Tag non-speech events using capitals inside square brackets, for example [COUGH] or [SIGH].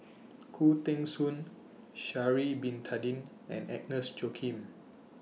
[NOISE] Khoo Teng Soon Sha'Ari Bin Tadin and Agnes Joaquim